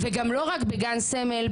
ולא רק בגן סמל,